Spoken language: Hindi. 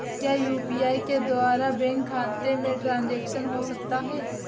क्या यू.पी.आई के द्वारा बैंक खाते में ट्रैन्ज़ैक्शन हो सकता है?